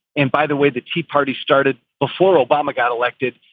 and by the way, the tea party started before obama got elected.